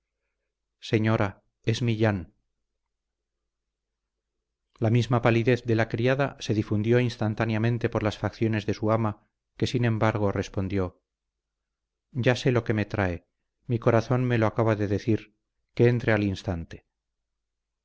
señora es millán la misma palidez de la criada se difundió instantáneamente por las facciones de su ama que sin embargo respondió ya sé lo que me trae mi corazón me lo acaba de decir que entre al instante